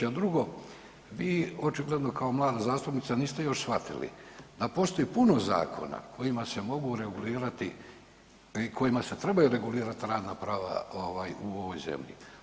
A drugo, vi očigledno kao mlada zastupnica niste još shvatili da postoji puno zakona kojima se mogu regulirati i kojima se trebaju regulirati radna prava u ovoj zemlji.